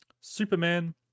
superman